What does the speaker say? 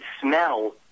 smell